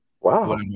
Wow